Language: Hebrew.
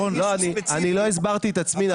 אני לא הסברתי את עצמי מספיק.